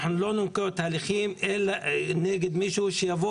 אנחנו לא ננקוט הליכים נגד מישהו שיבוא